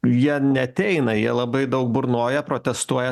jie neateina jie labai daug burnoja protestuoja